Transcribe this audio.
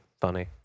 funny